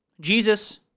Jesus